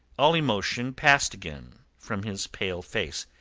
all emotion passed again from his pale face.